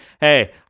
hey